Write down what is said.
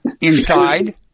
Inside